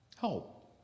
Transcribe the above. Help